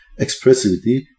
expressivity